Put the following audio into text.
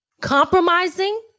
compromising